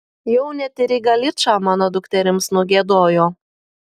jau net ir į galičą mano dukterims nugiedojo